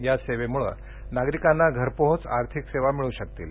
या सेवेमुळं नागरिकांना घरपोहोच आर्थिक सेवा मिळू शकतील